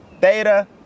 Theta